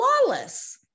flawless